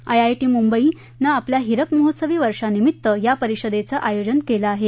IIT मुंबईनं आपल्या हीरक महोत्सवी वर्षानिमित्त या परिषदेचं आयोजन केलं आहे